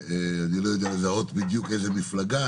אני לא יודע לזהות בדיוק איזה מפלגה,